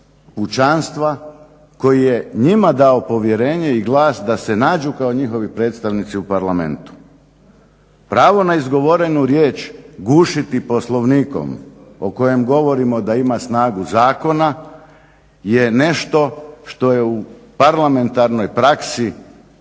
pučanstva koji je njima dao povjerenje i glas da se nađu kao njihovi predstavnici u Parlamentu. Pravo na izgovorenu riječ gušiti Poslovnikom o kojem govorimo da ima snagu zakona je nešto što je u parlamentarnoj praksi